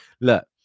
Look